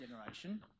generation